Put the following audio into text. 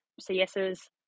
CS's